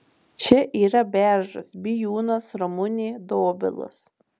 čia yra beržas bijūnas ramunė dobilas